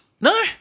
No